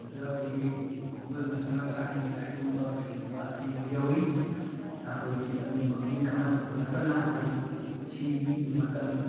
ꯑꯗꯨꯗ ꯑꯩꯈꯣꯏꯒꯤ ꯒꯨꯒꯜꯗ ꯆꯪꯉꯒ ꯑꯩ ꯂꯥꯏꯔꯤꯛ ꯀꯨꯝꯕ ꯀꯔꯤꯒꯨꯝꯕ ꯌꯦꯡꯕ ꯌꯥꯎꯏ ꯑꯩꯈꯣꯏꯒꯤ ꯑꯗꯨꯝꯕꯒꯤ ꯀꯥꯟꯅꯕꯗꯣ ꯅꯠꯇꯅ ꯑꯩ ꯁꯤꯒꯤ ꯃꯇꯝ